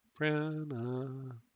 Brenna